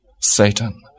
Satan